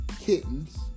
kittens